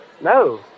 No